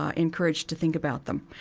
ah encouraged to think about them.